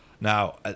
now